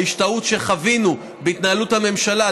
ההשתהות שחווינו בהתנהלות הממשלה,